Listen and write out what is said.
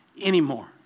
anymore